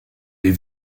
les